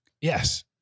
Yes